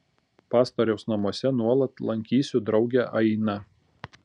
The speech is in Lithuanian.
pastoriaus namuose nuolat lankysiu draugę ainą